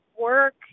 work